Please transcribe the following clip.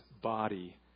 body